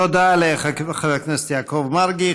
תודה לחבר הכנסת יעקב מרגי.